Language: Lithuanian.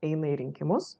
eina į rinkimus